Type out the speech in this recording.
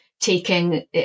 taking